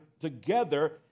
together